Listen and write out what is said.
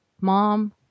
Mom